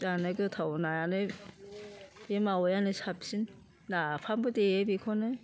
जानो गोथाव नायानो बे मावायानो साबसिन नाफामबो देयो बेखौनो